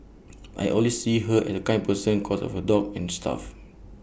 I always see her and A kind person cos of her dog N stuff